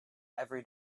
every